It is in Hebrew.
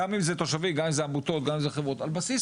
גם אם אלה עמותות, חברות או תושבים.